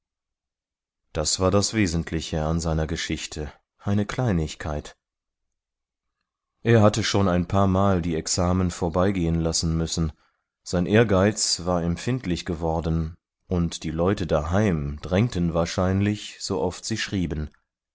dies war das wesentliche an seiner geschichte eine kleinigkeit er hatte schon ein paar mal die examen vorbeigehen lassen müssen sein ehrgeiz war empfindlich geworden und die leute daheim drängten wahrscheinlich sooft sie schrieben